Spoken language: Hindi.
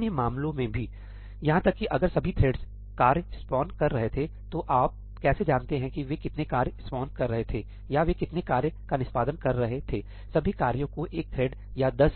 अन्य मामले भी हैंयहां तक कि अगर सभी थ्रेड्स कार्य स्पॉन कर रहे थे तो आप कैसे जानते हैं कि वे कितने कार्य स्पॉन कर रहे थे या वे कितने कार्य का निष्पादन कर रहे थेसभी कार्यों को एक थ्रेड् या 10